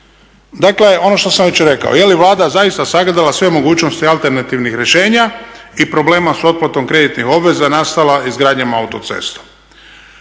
Dakle, ono što sam već rekao. Je li Vlada zaista sagledala sve mogućnosti alternativnih rješenja i problema s otplatom kreditnih obveza nastalih izgradnjom autoceste.